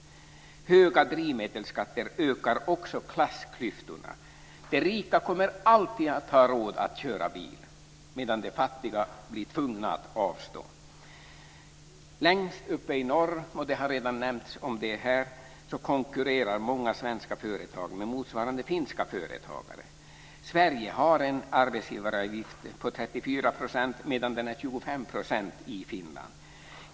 Höga drivmedelsskatter ökar också klassklyftorna. De rika kommer alltid att ha råd att köra bil, medan de fattiga blir tvungna att avstå. Längst uppe i norr konkurrerar många svenska företag med motsvarande finska företagare - det har redan nämnts här. Sverige har en arbetsgivaravgift på 34 %, medan den är 25 % i Finland.